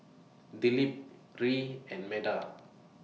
Dilip Hri and Medha